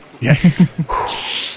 Yes